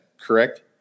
correct